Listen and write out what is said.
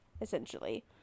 essentially